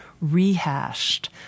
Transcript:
rehashed